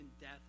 death